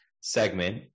segment